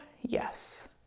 Yes